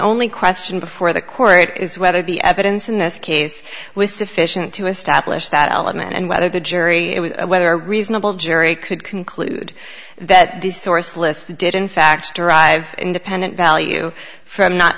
only question before the court is whether the evidence in this case was sufficient to establish that element and whether the jury whether reasonable jury could conclude that this source list did in fact derive independent value from not